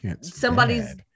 Somebody's